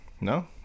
No